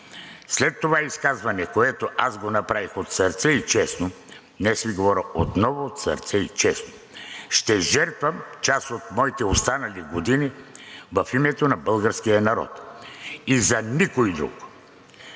след това изказване, което аз направих от сърце и честно, днес Ви говоря отново от сърце и честно. Ще жертвам част от моите останали години в името на българския народ и за никой друг.